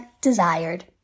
desired